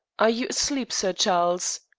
are you asleep, sir charles?